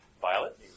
Violet